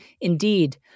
Indeed